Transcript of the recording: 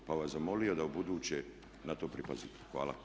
Pa bi vas zamolio da ubuduće na to pripazite.